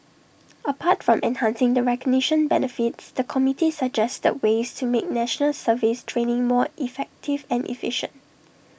apart from enhancing the recognition benefits the committee suggested ways to make National Service training more effective and efficient